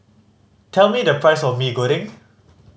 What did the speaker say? tell me the price of Mee Goreng